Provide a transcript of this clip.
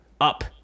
up